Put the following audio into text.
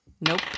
Nope